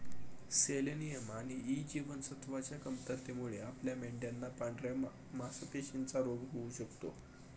selenium आणि E जीवनसत्वच्या कमतरतेमुळे आपल्या मेंढयांना पांढऱ्या मासपेशींचा रोग होऊ शकतो